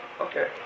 Okay